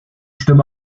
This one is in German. stimme